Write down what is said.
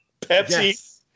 pepsi